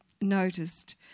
noticed